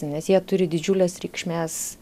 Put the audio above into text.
nes jie turi didžiulės reikšmės